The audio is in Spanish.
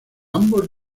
ambos